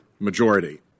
majority